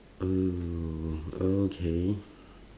mm okay